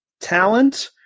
talent